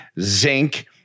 zinc